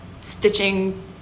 stitching